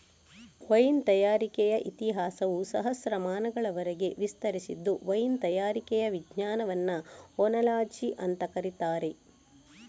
wine ತಯಾರಿಕೆಯ ಇತಿಹಾಸವು ಸಹಸ್ರಮಾನಗಳವರೆಗೆ ವಿಸ್ತರಿಸಿದ್ದು ವೈನ್ ತಯಾರಿಕೆಯ ವಿಜ್ಞಾನವನ್ನ ಓನಾಲಜಿ ಅಂತ ಕರೀತಾರೆ